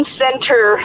center